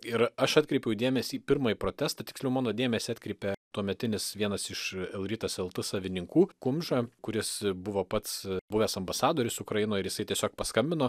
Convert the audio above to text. ir aš atkreipiau dėmesį į pirmąjį protestą tiksliau mano dėmesį atkreipė tuometinis vienas iš euritas lt savininkų kumža kuris buvo pats buvęs ambasadorius ukrainoj ir jisai tiesiog paskambino